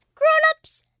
grown-ups,